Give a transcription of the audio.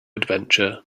adventure